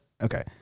Okay